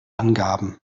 angaben